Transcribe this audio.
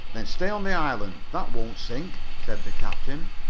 then stay on the island. that won't sink, said the captain.